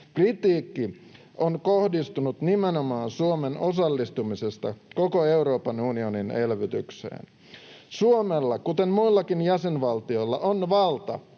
Kritiikki on kohdistunut nimenomaan Suomen osallistumiseen koko Euroopan unionin elvytykseen. Suomella kuten muillakin jäsenvaltioilla on valta